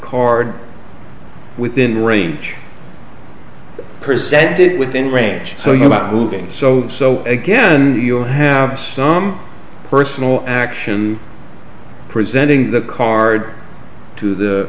card within range presented within range so you about moving so so again you have some personal action presenting the card to the